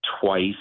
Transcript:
twice